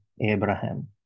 Abraham